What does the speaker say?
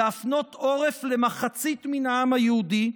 להפנות עורף למחצית מן העם היהודי,